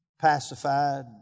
pacified